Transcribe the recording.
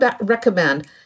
recommend